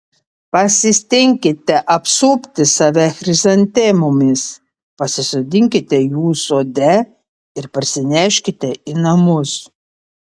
pasistenkite apsupti save chrizantemomis pasisodinkite jų sode ir parsineškite į namus